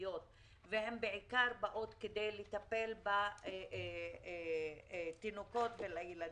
חינוכיות והן בעיקר באות כדי לטפל בתינוקות ובילדים,